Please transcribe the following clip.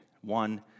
one